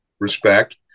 respect